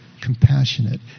compassionate